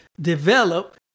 develop